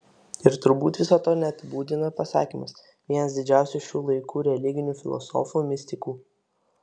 ir turbūt viso to neapibūdina pasakymas vienas didžiausių šių laikų religinių filosofų mistikų